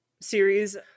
series